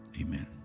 Amen